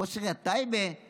שמענו את ראש עיריית טייבה אומר: